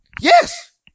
Yes